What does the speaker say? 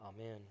Amen